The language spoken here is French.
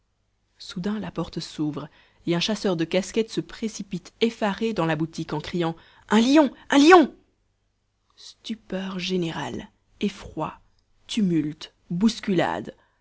soudain la porte s'ouvre et un chasseur de casquettes se précipite effaré dans la boutique en criant un lion un lion stupeur générale effroi tumulte bousculade